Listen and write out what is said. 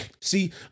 see